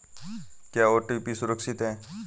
क्या ओ.टी.पी सुरक्षित है?